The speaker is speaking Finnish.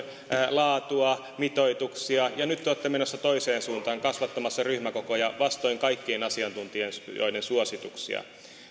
laatua ja mitoituksia ja nyt te olette menossa toiseen suuntaan olette kasvattamassa ryhmäkokoja vastoin kaikkien asiantuntijoiden suosituksia